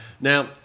Now